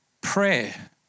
prayer